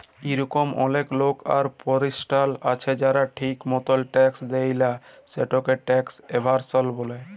ইরকম অলেক লক আর পরতিষ্ঠাল আছে যারা ঠিক মতল ট্যাক্স দেয় লা, সেটকে ট্যাক্স এভাসল ব্যলে